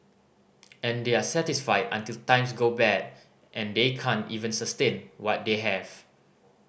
and they are satisfied until times go bad and they can't even sustain what they have